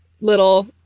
little